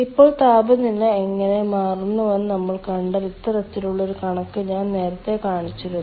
ഇപ്പോൾ താപനില എങ്ങനെ മാറുന്നുവെന്ന് നമ്മൾ കണ്ടാൽ ഇത്തരത്തിലുള്ള ഒരു കണക്ക് ഞാൻ നേരത്തെ കാണിച്ചിരുന്നു